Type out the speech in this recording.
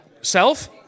self